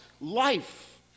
life